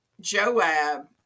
Joab